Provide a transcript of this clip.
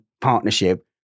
partnership